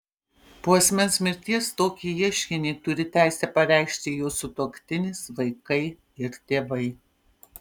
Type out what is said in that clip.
po asmens mirties tokį ieškinį turi teisę pareikšti jo sutuoktinis vaikai ir tėvai